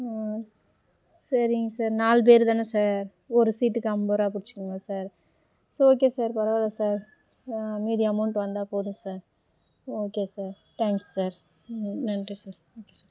ம் ஸ் சரிங்க சார் நாலு பேர் தானே சார் ஒரு சீட்டுக்கு ஐம்பரூவா பிடிச்சீப்பீங்களா சார் ஸோ ஓகே சார் பரவாயில்ல சார் மீதி அமௌண்ட் வந்தால் போதும் sir okay sir thanks sir ம் நன்றி சார் ஓகே சார்